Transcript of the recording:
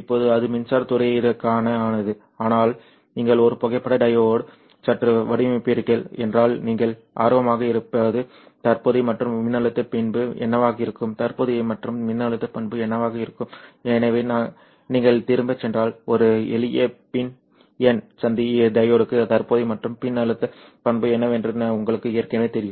இப்போது இது மின்சாரத் துறையினருக்கானது ஆனால் நீங்கள் ஒரு புகைப்பட டையோடு சுற்று வடிவமைக்கிறீர்கள் என்றால் நீங்கள் ஆர்வமாக இருப்பது தற்போதைய மற்றும் மின்னழுத்த பண்பு என்னவாக இருக்கும் எனவே நீங்கள் திரும்பிச் சென்றால் ஒரு எளிய ப சந்தி டையோடுக்கு தற்போதைய மற்றும் மின்னழுத்த பண்பு என்னவென்று உங்களுக்கு ஏற்கனவே தெரியும்